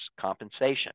compensation